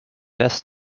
best